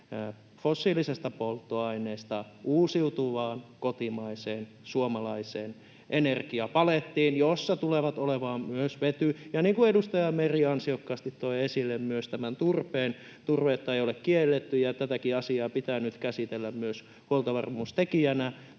fossiilisesta polttoaineesta uusiutuvaan, kotimaiseen, suomalaiseen energiapalettiin, jossa tulee olemaan myös vety. Ja niin kuin edustaja Meri ansiokkaasti toi esille myös tämän turpeen, turvetta ei ole kielletty, ja tätäkin asiaa pitää nyt käsitellä myös huoltovarmuustekijänä